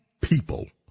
people